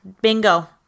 Bingo